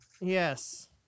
Yes